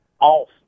off